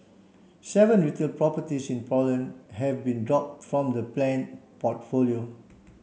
seven retail properties in Poland have been dropped from the planned portfolio